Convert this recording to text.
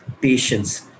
patience